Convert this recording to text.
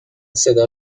صدا